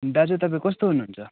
hello दाजु तपाईँ कस्तो हुनु हुन्छ